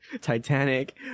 Titanic